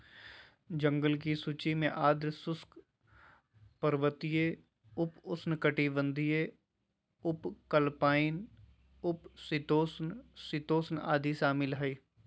जंगल की सूची में आर्द्र शुष्क, पर्वतीय, उप उष्णकटिबंधीय, उपअल्पाइन, उप शीतोष्ण, शीतोष्ण आदि शामिल हइ